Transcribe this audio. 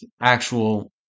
actual